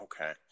okay